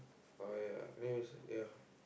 but ya I means ya